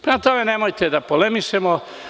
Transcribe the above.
Prema tome, nemojte da polemišemo.